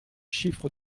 chiffres